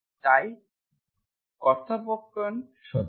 তাই শুধু কথোপকথন সত্য